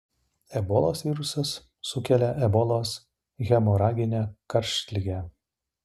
ebolos virusas sukelia ebolos hemoraginę karštligę